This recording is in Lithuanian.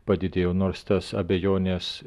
padidėjo nors tas abejones